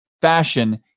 fashion